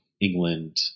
England